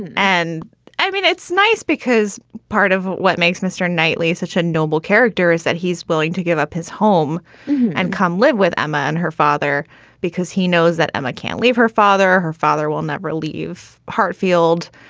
and i mean, it's nice because part of what makes mr. knightley such a noble character is that he's willing to give up his home and come live with emma and her father because he knows that emma can't leave her father. her father will never leave hartfield.